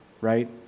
right